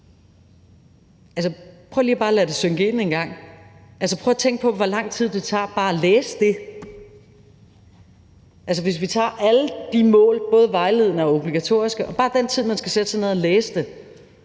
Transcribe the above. bare lige at lade det synke ind engang. Prøv at tænke på, hvor lang tid det tager bare at læse det. Hvis vi tager alle de mål, både vejledende og obligatoriske, og bare ser på den tid, man skal bruge på at sætte sig ned og læse det,